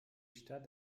stadt